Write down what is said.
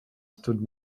stood